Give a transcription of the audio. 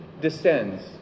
descends